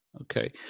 Okay